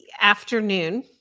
afternoon